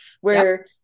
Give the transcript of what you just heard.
where-